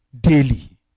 daily